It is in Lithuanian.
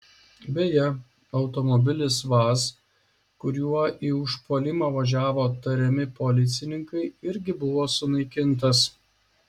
beje automobilis vaz kuriuo į užpuolimą važiavo tariami policininkai irgi buvo sunaikintas